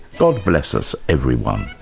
god bless us, everyone!